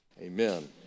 amen